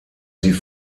sie